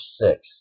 six